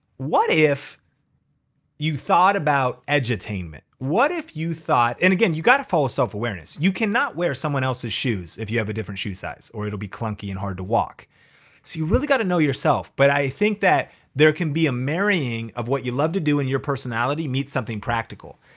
what if you thought about edutainment? what if you thought, and again, you gotta follow self awareness. you can not wear someone else's shoes if you have a different shoe size or it'll be clunky and hard to walk. so you really gotta know yourself. but i think that there can be a marrying of what you love to do and your personality meets something practical.